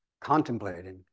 contemplating